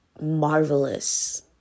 marvelous